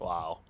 Wow